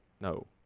No